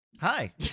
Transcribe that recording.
Hi